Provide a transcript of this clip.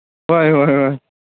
ꯍꯣꯏ ꯍꯣꯏ ꯍꯣꯏ